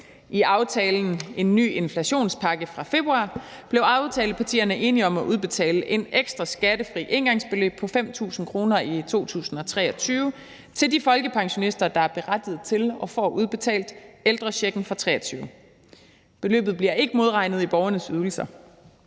I aftalen om en ny inflationspakke fra februar blev aftalepartierne enige om at udbetale et ekstra skattefrit engangsbeløb på 5.000 kr. i 2023 til de folkepensionister, der er berettiget til og får udbetalt ældrechecken for 2023. Beløbet bliver ikke modregnet i borgernes ydelser